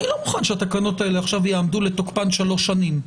אני לא מוכן שהתקנות האלה יעמדו לתוקפן שלוש שנים.